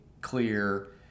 clear